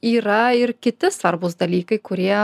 yra ir kiti svarbūs dalykai kurie